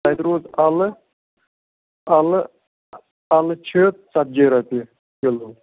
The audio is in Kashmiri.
تَتہِ روٗد اَلہٕ اَلہٕ اَلہٕ چھِ ژَتجی رۄپیہِ کِلوٗ